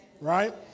Right